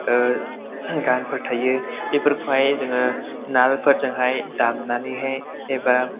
गानफोर थायो बेफोरखौहाय जोङो गानफोरजोंहाय दामनानैहाय एबा